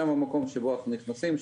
שם המקום שבו אנחנו נכנסים.